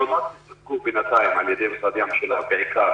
בשפרעם.